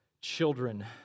children